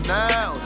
now